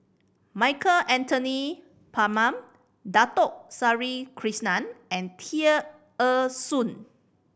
Michael Anthony Palmer Dato Sri Krishna and Tear Ee Soon